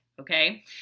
Okay